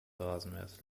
rasenmähers